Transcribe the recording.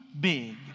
big